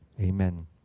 Amen